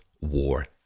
War